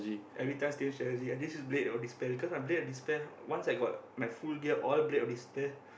every time same strategy and this is blade of despair cause my blade of despair once I got my full gear all blade of despair